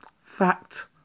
fact